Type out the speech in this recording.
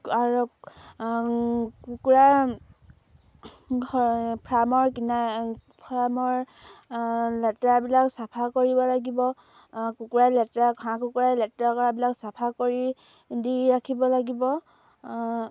আৰু কুকুৰা ফ্ৰামৰ কিনাৰ ফ্ৰামৰ লেতেৰাবিলাক চাফা কৰিব লাগিব কুকুৰাৰ লেতেৰা ঘাঁহ কুকুৰা লেতেৰা কৰাবিলাক চাফা কৰি দি ৰাখিব লাগিব